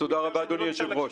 תודה רבה, אדוני היושב-ראש.